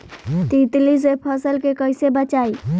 तितली से फसल के कइसे बचाई?